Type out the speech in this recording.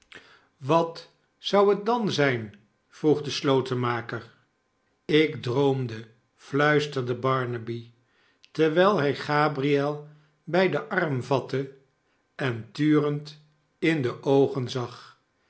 wat zou het dan zijn vroeg de slotenmaker ik droomde fluisterde barnaby terwijl hij gabriel bij den arm vatte en turend in de oogen zag